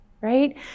right